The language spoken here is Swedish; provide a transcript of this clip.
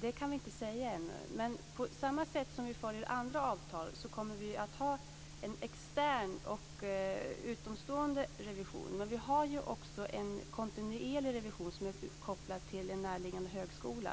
Det kan vi inte säga ännu. Men på samma sätt som vi följer andra avtal kommer vi här att ha en extern, en utomstående, revision. Vi har också en kontinuerlig revision, som är kopplad till en närliggande högskola.